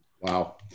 wow